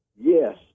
Yes